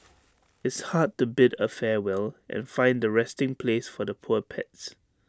it's hard to bid A farewell and find A resting place for the poor pets